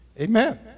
amen